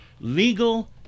legal